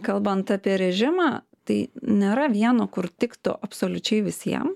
kalbant apie režimą tai nėra vieno kur tiktų absoliučiai visiem